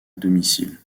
domicile